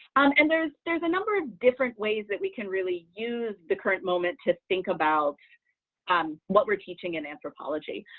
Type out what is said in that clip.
um and there's there's a number of different ways that we can really use the current moment to think about um what we're teaching in anthropology.